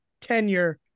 tenure